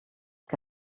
que